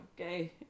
Okay